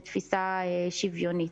לתפיסה שוויונית.